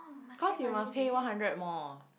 cause you must pay one hundred more